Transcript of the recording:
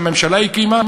שהממשלה הקימה,